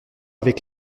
avec